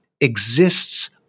exists